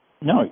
No